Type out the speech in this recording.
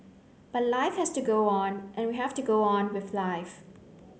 but life has to go on and we have to go on with life